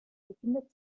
befindet